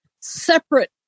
separate